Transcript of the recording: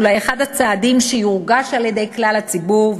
אולי אחד הצעדים שיורגש בכלל הציבור,